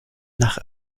nach